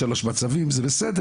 יש שלוש מצבים, זה בסדר.